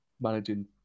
managing